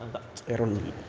அதுதான் வேறு ஒன்றும் இல்லை